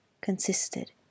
consisted